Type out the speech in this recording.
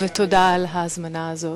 ותודה על ההזמנה הזאת,